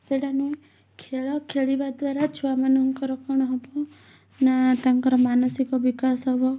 ସେଇଟା ନୁହେଁ ଖେଳ ଖେଳିବା ଦ୍ଵାରା ଛୁଆମାନଙ୍କର କ'ଣ ହବ ନାଁ ତାଙ୍କର ମାନସିକ ବିକାଶ ହବ